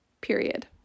period